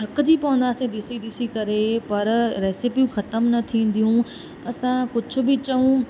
थकिजी पवंदासि ॾिसी ॾिसी करे पर रेसिपियूं ख़तमु न थींदियूं असां कुझु बि चऊं